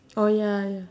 oh ya ya